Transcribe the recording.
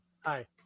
Hi